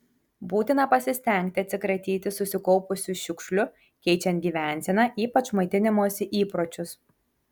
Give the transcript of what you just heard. būtina pasistengti atsikratyti susikaupusių šiukšlių keičiant gyvenseną ypač maitinimosi įpročius